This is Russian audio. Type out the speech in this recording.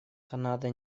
канада